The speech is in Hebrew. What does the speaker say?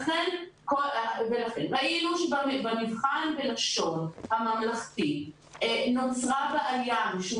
לכן ראינו שבמבחן בלשון הממלכתי נוצרה בעיה משום